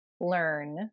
learn